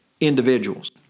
individuals